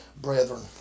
Brethren